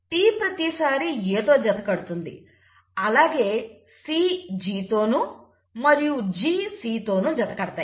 T ప్రతిసారి A తో జత కడుతుంది అలాగే C G తోనూ మరియు G C తోను జత కడతాయి